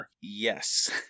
Yes